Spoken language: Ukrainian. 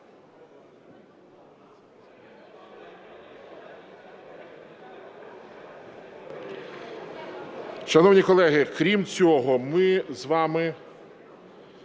Шановні колеги, крім цього, ми з вами